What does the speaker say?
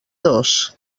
dos